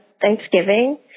Thanksgiving